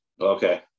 Okay